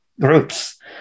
groups